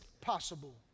possible